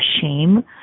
shame